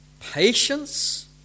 patience